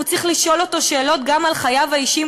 הוא צריך לשאול אותו שאלות גם על חייו האישיים,